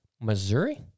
Missouri